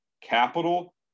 Capital